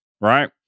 right